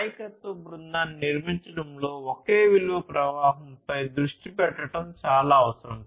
నాయకత్వ బృందాన్ని నిర్మించడంలో ఒకే విలువ ప్రవాహంపై దృష్టి పెట్టడం చాలా అవసరం